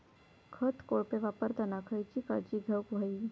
खत कोळपे वापरताना खयची काळजी घेऊक व्हयी?